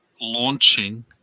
launching